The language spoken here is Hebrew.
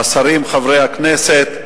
השרים, חברי הכנסת,